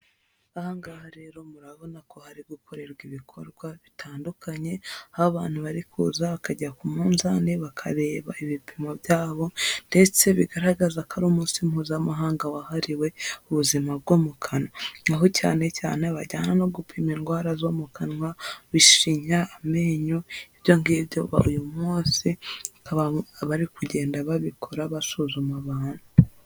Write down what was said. Aha ngaha rero murabona ko hari gukorerwa ibikorwa bitandukanye, aho abantu bari kuza bakajya ku munzani bakareba ibipimo byabo ,ndetse bigaragaza ko ari umunsi mpuzamahanga wahariwe ubuzima bwo mu kanwa. Aho cyane cyane bijyana no gupima indwara zo mu kanwa, ishinya, amenyo ibyo ngibyo uyu munsi bakaba bari kugenda babikora basuzuma abantu.